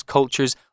cultures